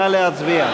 נא להצביע.